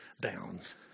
bounds